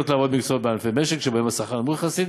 לעבוד במקצועות ובענפי משק שבהם השכר נמוך יחסית.